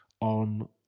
on